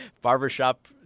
Barbershop